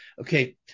Okay